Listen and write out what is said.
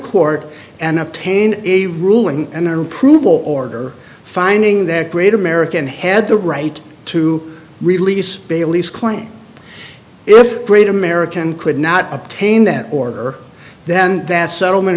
court and up tain a ruling and unprovable order finding that great american had the right to release bailey's claim if great american could not obtain that order then that settlement